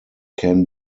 can